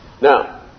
Now